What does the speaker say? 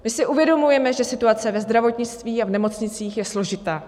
My si uvědomujeme, že situace ve zdravotnictví a v nemocnicích je složitá.